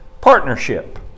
partnership